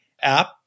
app